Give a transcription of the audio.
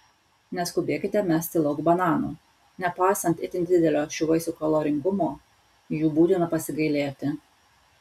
neskubėkite mesti lauk bananų nepaisant itin didelio šių vaisių kaloringumo jų būtina pasigailėti